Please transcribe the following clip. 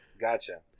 Gotcha